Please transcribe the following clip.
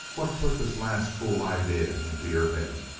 what put this last fool idea into your head?